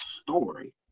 story